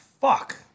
fuck